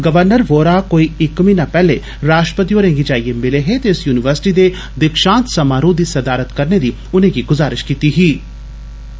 श्री वोहरा कोई इक म्हीना पैहले राश्ट्रपति होरे गी जाइयै मिले हे ते इस युनिवर्सिटी दे दीक्षांत समारोह दी सदारत करने दी उनेंगी गुजारष कीती जी